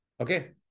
Okay